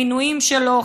מינויים שלו,